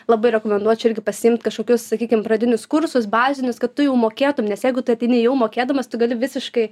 labai rekomenduočiau irgi pasiimt kažkokius sakykim pradinius kursus bazinius kad tu jau mokėtum nes jeigu tu ateini jau mokėdamas tu gali visiškai